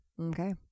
Okay